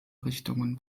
richtungen